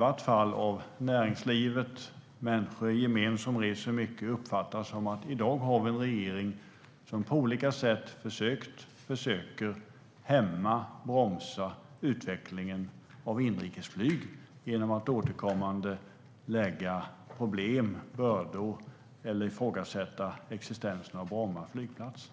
Detta ger näringslivet och människor i gemen som reser mycket uppfattningen att vi i dag har en regering som på olika sätt försökt och försöker bromsa inrikesflygets utveckling genom att upprepade gånger orsaka problem och bördor eller ifrågasätta Bromma flygplats